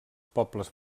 pobles